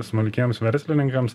smulkiems verslininkams